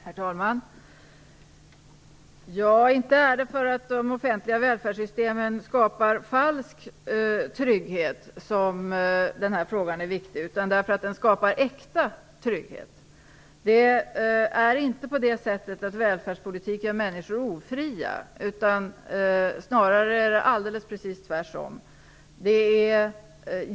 Herr talman! Inte är det för att de offentliga välfärdssystemen skapar falsk trygghet som denna fråga är viktig. Det är för att den skapar äkta trygghet. Det är inte på det sättet att välfärdspolitik gör människor ofria. Snarare är det precis tvärtom.